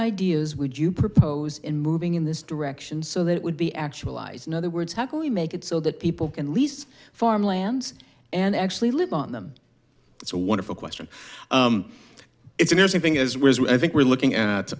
ideas would you propose in moving in this direction so that it would be actualized in other words how can we make it so that people can lease farm lands and actually live on them it's a wonderful question it's interesting thing is i think we're looking at